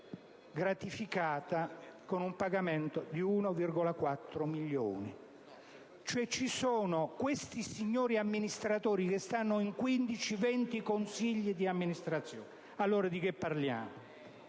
gratificata con un pagamento di 1,4 milioni. Questi signori amministratori stanno in 15-20 consigli d'amministrazione. Allora di che parliamo?